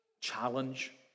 challenge